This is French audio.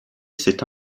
cette